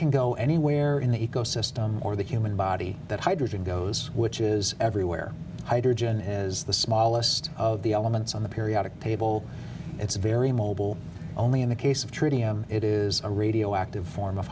can go anywhere in the ecosystem or the human body that hydrogen goes which is everywhere hydrogen is the smallest of the elements on the periodic table it's very mobile only in the case of tritium it is a radioactive